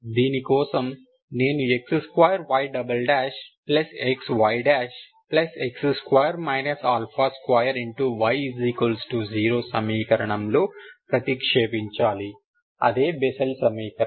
దీని కోసం నేను x2yxyx2 2y0 సమీకరణంలో ప్రతిక్షేపించాలి అదే బెస్సెల్ సమీకరణం